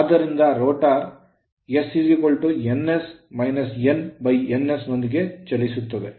ಆದ್ದರಿಂದ rotor s ns ನೊಂದಿಗೆ ಚಲಿಸುತ್ತಿದೆ